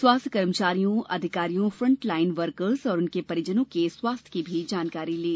स्वास्थ कर्मचारियों अधिकारियों फ्रंटलाईन वर्कर्स और उनके परिजनों के स्वास्थ की भी जानकारी ली